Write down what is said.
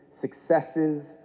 successes